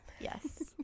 Yes